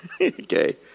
Okay